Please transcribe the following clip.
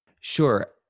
Sure